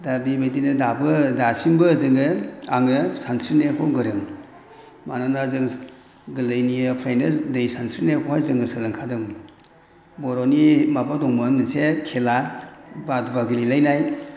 दा बेबायदिनो दाबो दासिमबो जोङो आङो सानस्रिनायखौ गोरों मानोना जों गोरलैनिफ्रायनो दै सानस्रिनायखौहाय जोङो सोलोंखादों बर'नि माबा दंमोन मोनसे खेला बा दुबा गेलेलायनाय